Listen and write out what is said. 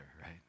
right